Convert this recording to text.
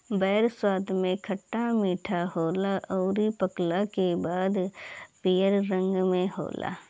बेर स्वाद में खट्टा मीठा होला अउरी पकला के बाद पियर रंग के होला